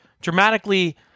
dramatically